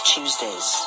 Tuesdays